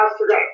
today